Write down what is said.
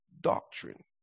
doctrine